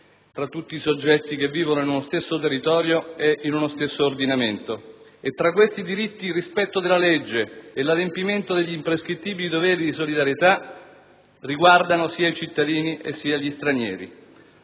tra tutti i soggetti che vivono in uno stesso territorio e in un medesimo ordinamento e fra questi diritti il rispetto della legge e l'adempimento degli imprescrittibili doveri di solidarietà riguardano sia i cittadini che gli stranieri.